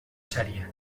sèrie